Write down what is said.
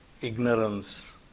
ignorance